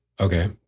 Okay